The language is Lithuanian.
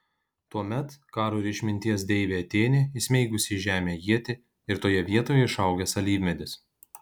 tuomet karo ir išminties deivė atėnė įsmeigusi į žemę ietį ir toje vietoje išaugęs alyvmedis